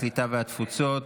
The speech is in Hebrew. הקליטה והתפוצות.